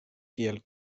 kiel